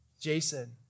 Jason